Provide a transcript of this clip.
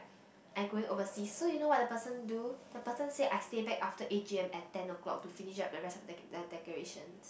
I going overseas so you know what the person do the person say I stay back after A_G_M at ten o-clock to finish up the rest of decor~ the decorations